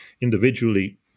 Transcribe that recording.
individually